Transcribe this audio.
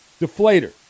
deflator